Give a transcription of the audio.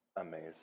Amazing